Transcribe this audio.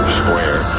square